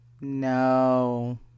no